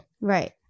Right